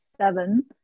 seven